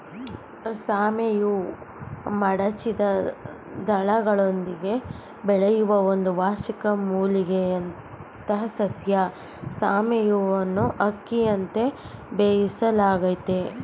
ಸಾಮೆಯು ಮಡಚಿದ ದಳಗಳೊಂದಿಗೆ ಬೆಳೆಯುವ ಒಂದು ವಾರ್ಷಿಕ ಮೂಲಿಕೆಯಂಥಸಸ್ಯ ಸಾಮೆಯನ್ನುಅಕ್ಕಿಯಂತೆ ಬೇಯಿಸಲಾಗ್ತದೆ